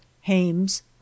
hames